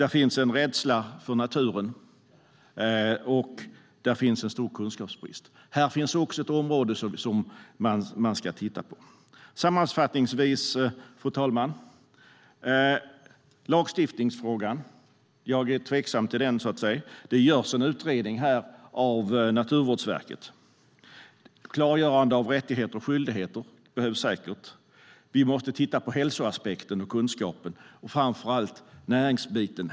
Där finns en rädsla för naturen och en stor kunskapsbrist. Det är ett område som man ska titta på. Fru talman! Sammanfattningsvis: Jag är tveksam till lagstiftningsfrågan. Det görs en utredning av Naturvårdsverket. Klargörande av rättigheter och skyldigheter behövs säkert. Vi måste titta på hälsoaspekten, kunskapen och framför allt näringsbiten.